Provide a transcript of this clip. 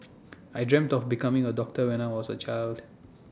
I dreamt of becoming A doctor when I was A child